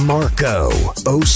Marco